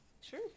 Sure